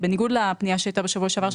בניגוד לפנייה שהייתה בשבוע שעבר,